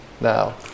now